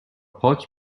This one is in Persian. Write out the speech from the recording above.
پاک